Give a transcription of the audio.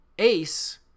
Ace